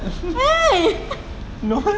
!hey!